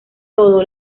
todo